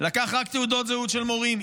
לקח רק תעודות זהות של מורים,